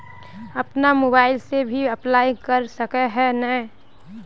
अपन मोबाईल से भी अप्लाई कर सके है नय?